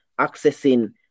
accessing